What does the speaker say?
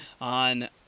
on